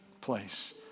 place